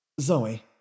Zoe